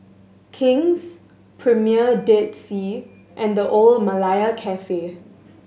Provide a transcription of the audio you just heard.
King's Premier Dead Sea and The Old Malaya Cafe